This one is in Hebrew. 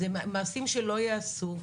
אלה מעשים שלא ייעשו.